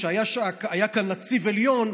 כשהיה כאן נציב עליון,